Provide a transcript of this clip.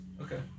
Okay